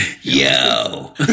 Yo